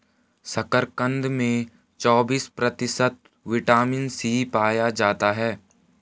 शकरकंद में चौबिस प्रतिशत विटामिन सी पाया जाता है